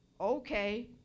okay